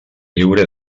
lliure